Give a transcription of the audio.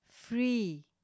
Free